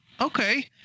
Okay